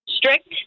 Strict